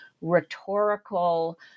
rhetorical